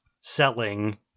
selling